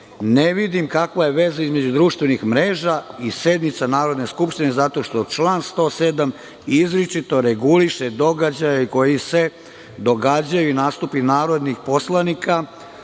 vidim kakva je veza između društvenih mreža i sednica Narodne skupštine, zato što član 107. izričito reguliše događaje koji se događaju i nastupi narodnih poslanika,